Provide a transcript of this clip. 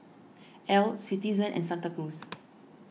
Elle Citizen and Santa Cruz